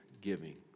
giving